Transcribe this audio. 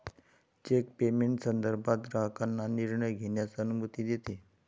check payment संदर्भात ग्राहकांना निर्णय घेण्यास अनुमती देते